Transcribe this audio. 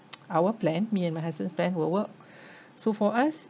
our plan me and my husband's plan will work so for us